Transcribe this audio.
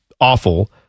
awful